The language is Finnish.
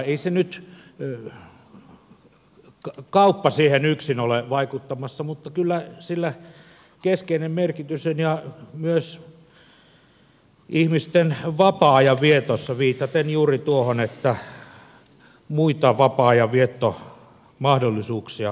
ei se kauppa siihen nyt yksin ole vaikuttamassa mutta kyllä sillä keskeinen merkitys on myös ihmisten vapaa ajan vietossa viitaten juuri tuohon että muita vapaa ajanviettomahdollisuuksia on karsittu